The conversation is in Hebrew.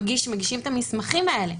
מגישים את המסמכים האלה.